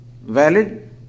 valid